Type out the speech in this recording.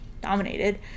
dominated